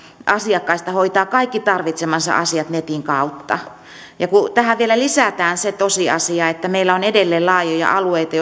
asiakkaista hoitaa kaikki tarvitsemansa asiat netin kautta kun tähän vielä lisätään se tosiasia että meillä on edelleen laajoja alueita